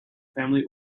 family